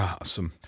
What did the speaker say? Awesome